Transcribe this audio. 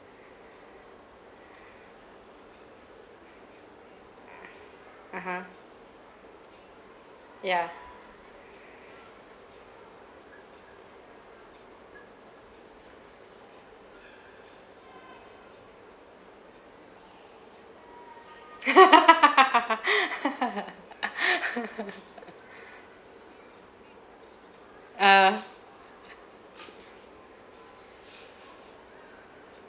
(uh huh) yeah oh